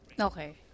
Okay